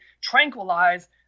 tranquilize